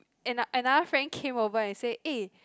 and another friend came over and say eh